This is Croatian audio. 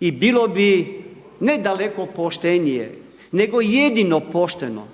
i bilo bi ne daleko poštenije, nego i jedino pošteno